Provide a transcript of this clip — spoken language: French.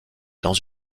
dans